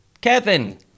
Kevin